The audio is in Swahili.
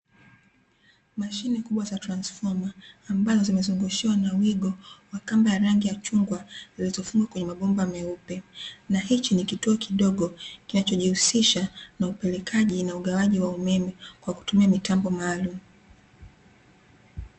Mashine kubwa za transfoma ambazo zimezungushiwa na wigo wa kamba ya rangi ya chungwa zinazofungwa kwenye mabomba meupe na hichi ni kituo kidogo kinacho jihusisha na upelekaji na ugawaji wa umeme kwa kutumia mitambo maalumu.